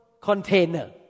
container